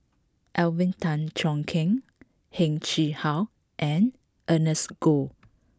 Alvin Tan Cheong Kheng Heng Chee How and Ernest Goh